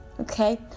Okay